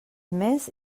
més